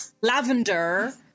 Lavender